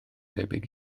debyg